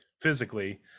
physically